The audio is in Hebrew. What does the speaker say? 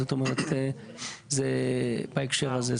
זאת אומרת, בהקשר הזה.